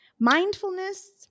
Mindfulness